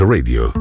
Radio